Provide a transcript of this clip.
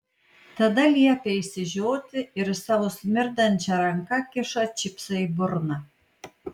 tada liepia išsižioti ir savo smirdančia ranka kiša čipsą į burną